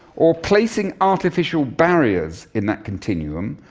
or placing artificial barriers in that continuum,